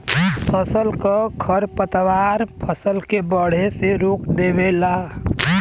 फसल क खरपतवार फसल के बढ़े से रोक देवेला